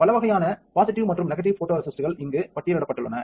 பல வகையான பாசிட்டிவ் மற்றும் நெகடிவ் போடோரெசிஸ்ட்கள் இங்கு பட்டியலிடப்பட்டுள்ளன